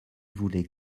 voulez